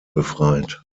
befreit